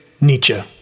Nietzsche